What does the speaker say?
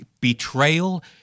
Betrayal